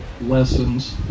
lessons